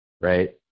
right